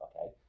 Okay